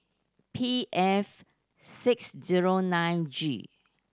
P F six zero nine G